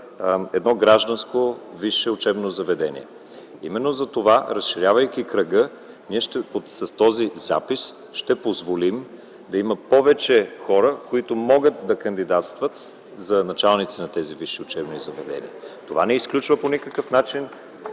едно гражданско висше учебно заведение. Именно затова, разширявайки кръга, с този запис ние ще позволим да има повече хора, които могат да кандидатстват за началници на тези висши учебни заведения. Това по никакъв начин